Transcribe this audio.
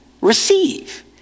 receive